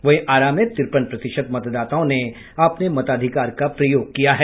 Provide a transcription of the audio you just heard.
वहीं आरा में तिरपन प्रतिशत मतदाताओं ने अपने मताधिकार का प्रयोग किया है